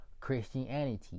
Christianity